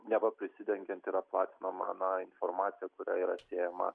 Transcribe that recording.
neva prisidengiant yra platinama na informacija kuria yra sėjama